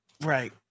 right